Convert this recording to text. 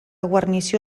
guarnició